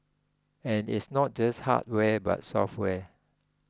and it's not just hardware but software